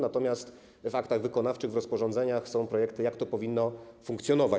Natomiast w aktach wykonawczych, w rozporządzeniach są projekty, jak to powinno funkcjonować.